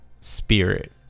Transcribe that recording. spirit